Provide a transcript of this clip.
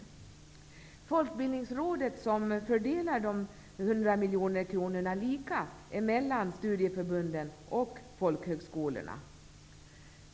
Det är Folkbildningsrådet som fördelar dessa 100 miljoner kronor lika mellan studieförbunden och folkhögskolorna.